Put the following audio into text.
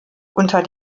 unter